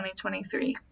2023